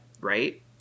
right